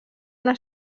una